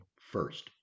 first